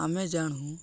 ଆମେ ଜାଣୁ